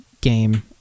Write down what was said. game